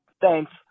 Thanks